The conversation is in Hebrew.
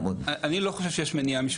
אני לא חושב שיש מניעה משפטית,